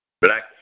Black